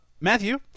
Matthew